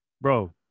bro